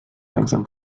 langsam